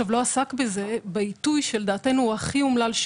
לא עסק בזה בעיתוי שלדעתנו הוא הכי אומלל.